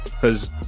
Cause